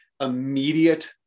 immediate